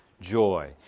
joy